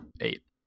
eight